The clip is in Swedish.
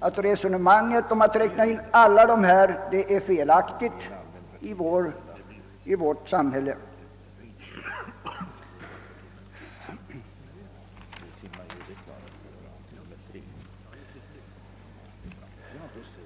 att i vårt samhälle är det felaktigt att räkna alla dessa.